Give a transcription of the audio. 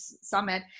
Summit